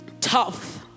tough